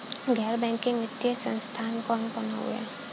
गैर बैकिंग वित्तीय संस्थान कौन कौन हउवे?